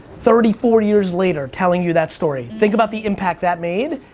thirty four years later telling you that story. think about the impact that made.